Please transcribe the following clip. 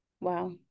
Wow